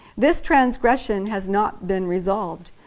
this transgression has not been resolved.